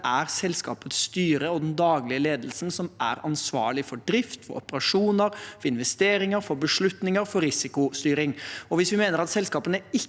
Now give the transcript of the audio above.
er selskapets styre og den daglige ledelsen som er ansvarlig for drift, operasjoner, investeringer, beslutninger og risikostyring. Hvis vi mener at selskapene ikke